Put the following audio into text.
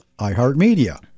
iHeartMedia